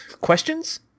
questions